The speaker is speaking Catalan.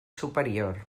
superior